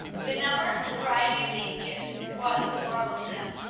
the number and variety of these gifts was a marvel to them.